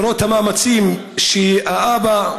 למרות המאמצים שהאבא,